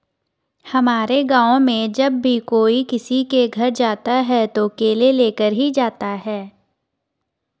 हमारे गाँव में जब भी कोई किसी के घर जाता है तो केले लेके ही जाता है